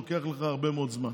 לוקח לך הרבה מאוד זמן.